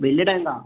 വലിയ ടാങ്കാ